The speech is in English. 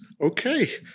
okay